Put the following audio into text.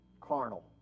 carnal